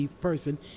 person